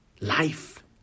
life